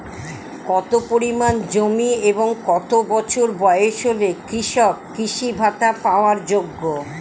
কত পরিমাণ জমি এবং কত বছর বয়স হলে কৃষক কৃষি ভাতা পাওয়ার যোগ্য?